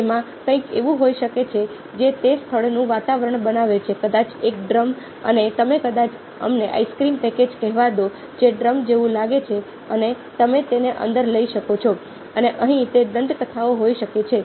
તેમાં કંઈક એવું હોઈ શકે છે જે તે સ્થળનું વાતાવરણ બનાવે છે કદાચ એક ડ્રમ અને તમે કદાચ અમને આઈસ્ક્રીમ પેકેજ કહેવા દો જે ડ્રમ જેવું લાગે છે અને તમે તેને અંદર લઈ શકો છો અને અહીં તે દંતકથાઓ હોઈ શકે છે